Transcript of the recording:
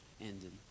ended